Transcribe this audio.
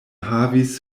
havis